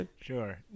Sure